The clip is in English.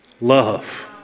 love